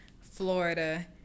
Florida